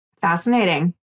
Fascinating